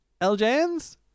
ljn's